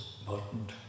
important